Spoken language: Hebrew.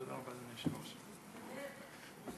תתנדב בשביל הציבור.